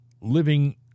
Living